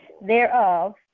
thereof